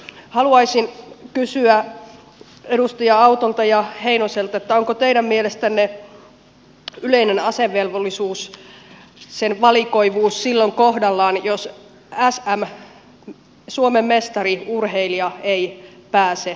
haluaisin kysyä edustaja autolta ja edustaja heinoselta onko teidän mielestänne yleisen asevelvollisuuden valikoivuus silloin kohdallaan jos sm urheilija ei pääse kutsunnoissa armeijaan